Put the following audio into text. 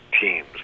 teams